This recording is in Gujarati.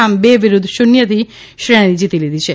આમ બે વિરુદ્ધ શૂન્યથી શ્રેણી જીતી લીધી છે